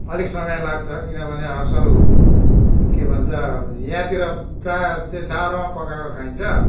अलिक समय लाग्छ किनभने आजकल के भन्छ यहाँतिर प्रायः त्यही दाउरामा पकाएको खाइन्छ